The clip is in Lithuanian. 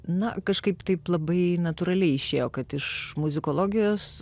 na kažkaip taip labai natūraliai išėjo kad iš muzikologijos